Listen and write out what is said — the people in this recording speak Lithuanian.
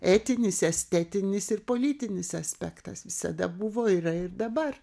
etinis estetinis ir politinis aspektas visada buvo yra ir dabar